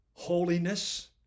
holiness